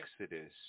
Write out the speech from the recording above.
Exodus